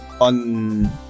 on